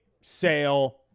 Sale